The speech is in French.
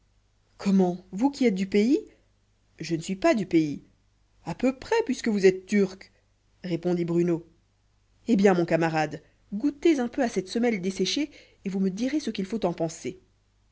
comment vous qui êtes du pays je ne suis pas du pays a peu près puisque vous êtes turc répondit bruno eh bien mon camarade goûtez un peu à cette semelle desséchée et vous me direz ce qu'il faut en penser